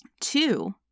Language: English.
Two